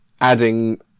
adding